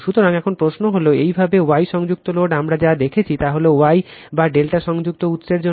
সুতরাং এখন প্রশ্ন হল একইভাবে Y সংযুক্ত লোড আমরা যা দেখেছি তা হল Y বা ∆ সংযুক্ত উৎসের জন্য